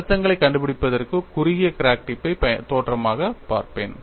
அழுத்தங்களைக் கண்டுபிடிப்பதற்கு குறுகிய crack tip பை தோற்றமாகப் பார்ப்பேன்